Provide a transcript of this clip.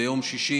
ביום שישי